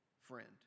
friend